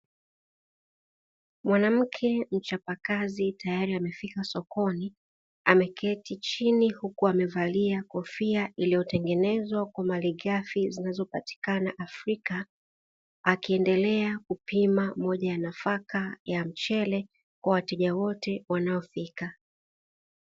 Mwanamke mchapakazi tayari amefika sokoni, ameketi chini huku amevalia kofia iliyotengenezwa kwa malighafi zinazopatikana Afrika, akiendelea kupima moja ya nafaka ya mchele kwa wateja wote wanaofika.